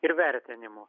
ir vertinimo